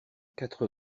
quatre